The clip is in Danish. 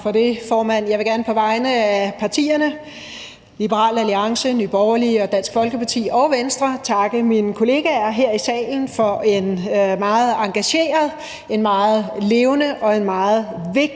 Jeg vil gerne på vegne af partierne Liberal Alliance, Nye Borgerlige, Dansk Folkeparti og Venstre takke mine kollegaer her i salen for en meget engageret, en meget levende og en meget vigtig